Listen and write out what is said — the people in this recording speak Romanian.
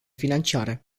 financiare